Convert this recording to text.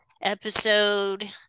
episode